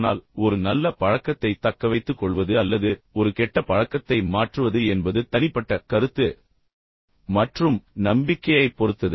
ஆனால் ஒரு நல்ல பழக்கத்தைத் தக்கவைத்துக்கொள்வது அல்லது ஒரு கெட்ட பழக்கத்தை மாற்றுவது என்பது தனிப்பட்ட கருத்து மற்றும் நம்பிக்கையைப் பொறுத்தது